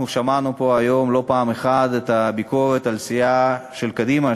שמענו פה היום לא פעם אחת את הביקורת על סיעת קדימה,